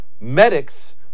medics